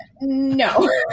No